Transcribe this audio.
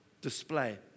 display